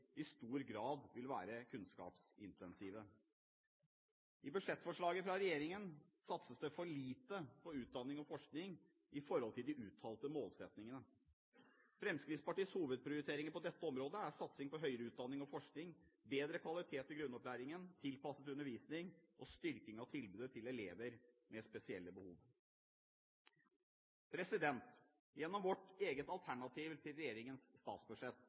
i stor grad vil være kunnskapsintensive. I budsjettforslaget fra regjeringen satses det for lite på utdanning og forskning i forhold til de uttalte målsettingene. Fremskrittspartiets hovedprioriteringer på dette området er satsing på høyere utdanning og forskning, bedre kvalitet i grunnopplæringen, tilpasset undervisning og styrking av tilbudet til elever med spesielle behov. Gjennom vårt eget alternativ til regjeringens statsbudsjett